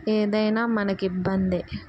ఏదైనా మనకి ఇబ్బంది